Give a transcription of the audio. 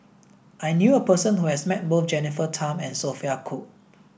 I knew a person who has met both Jennifer Tham and Sophia Cooke